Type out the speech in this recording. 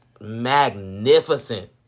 magnificent